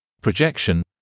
projection